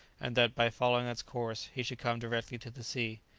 and that, by following its course, he should come directly to the sea.